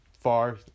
far